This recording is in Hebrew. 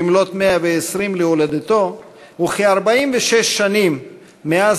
במלאות 120 שנים להולדתו וכ-46 שנים מאז